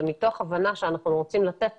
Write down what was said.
ומתוך הבנה שאנחנו רוצים לתת